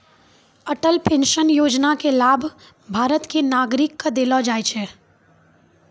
Atal pension Yojana के लाभ भारत के नागरिक क देलो जाय छै